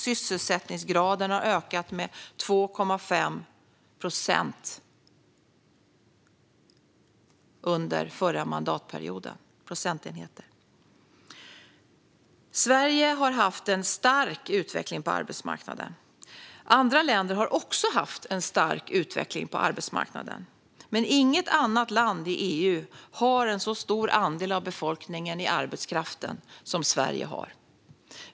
Sysselsättningsgraden ökade under förra mandatperioden med 2,5 procentenheter. Sverige har haft en stark utveckling på arbetsmarknaden. Andra länder har också haft en stark utveckling på arbetsmarknaden, men inget annat land i EU har en så stor andel av befolkningen i arbetskraften som Sverige har.